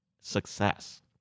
success